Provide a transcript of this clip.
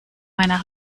meiner